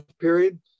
period